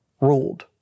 ruled